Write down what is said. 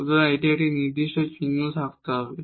সুতরাং এটির কিছু নির্দিষ্ট চিহ্ন থাকতে হবে